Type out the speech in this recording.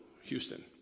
Houston